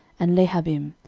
and lehabim,